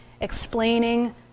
explaining